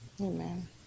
Amen